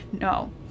No